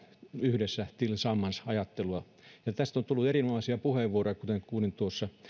yhdessä tillsammans ajattelua tästä on pidetty erinomaisia puheenvuoroja kuten kuulin tuossa